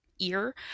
ear